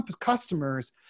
customers